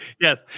Yes